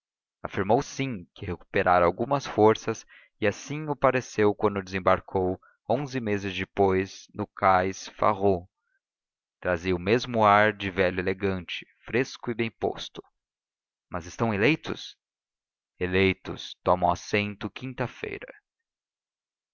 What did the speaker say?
afirmou sim que recuperara algumas forças e assim o pareceu quando desembarcou onze meses depois no cais pharoux trazia o mesmo ar de velho elegante fresco e bem posto mas então eleitos eleitos tomam assento quinta-feira